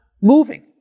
Moving